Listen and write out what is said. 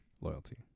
loyalty